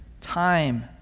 time